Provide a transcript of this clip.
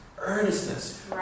earnestness